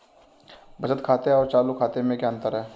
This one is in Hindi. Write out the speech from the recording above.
बचत खाते और चालू खाते में क्या अंतर है?